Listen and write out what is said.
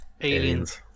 Aliens